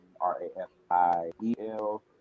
r-a-f-i-e-l